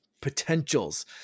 potentials